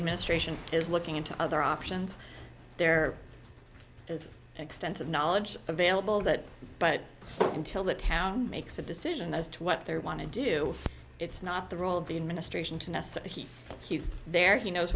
administration is looking into other options there is extensive knowledge available that but until the town makes a decision as to what they want to do it's not the role of the administration to nasa he he's there he knows